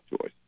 choice